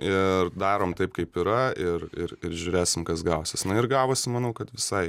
ir darom taip kaip yra ir ir ir žiūrėsim kas gausis na ir gavosi manau kad visai